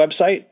website